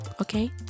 Okay